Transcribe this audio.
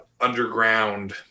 underground